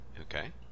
Okay